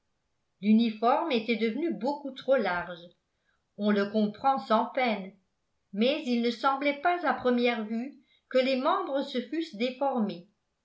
l'uniforme était devenu beaucoup trop large on le comprend sans peine mais il ne semblait pas à première vue que les membres se fussent déformés